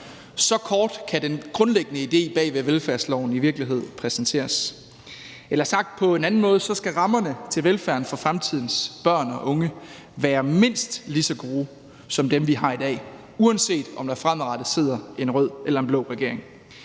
Så kort kan den grundlæggende idé bag ved velfærdsloven i virkeligheden præsenteres. Eller sagt på en anden måde skal rammerne til velfærden for fremtidens børn og unge være mindst lige så gode som dem, vi har i dag, uanset om der fremadrettet sidder en rød eller en blå regering